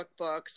cookbooks